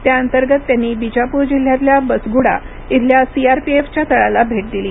त्याअंतर्गत त्यांनी बिजापूर जिल्ह्यातल्या बसगुंडा इथल्या सीआरपीएफच्या तळाला भेट दिली